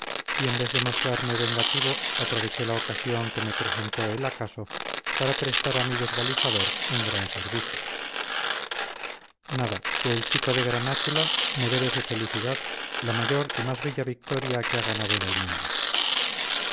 y en vez de mostrarme vengativo aproveché la ocasión que me presentó el acaso para prestar a mi desvalijador un gran servicio nada que el chico de granátula me debe su felicidad la mayor y más bella victoria que ha ganado en el mundo